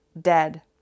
dead